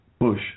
Bush